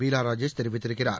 பீலா ராஜேஷ் தெரிவித்திருக்கிறார்